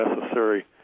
necessary